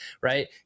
right